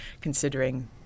considering